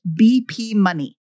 bpmoney